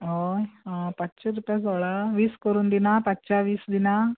हय आं पांचशे रुपया सोळा वीस करून दिना पांचश्या वीस दिना